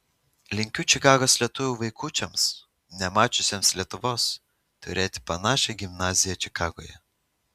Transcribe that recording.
linkiu čikagos lietuvių vaikučiams nemačiusiems lietuvos turėti panašią gimnaziją čikagoje